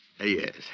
Yes